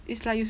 it's like you